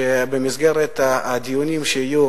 שבמסגרת הדיונים שיהיו